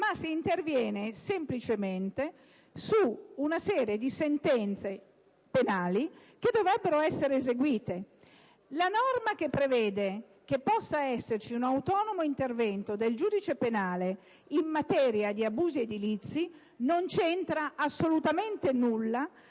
ma si interviene semplicemente su una serie di sentenze penali che dovrebbero essere eseguite. La norma che prevede che possa esserci un autonomo intervento del giudice penale in materia di abusi edilizi non c'entra assolutamente nulla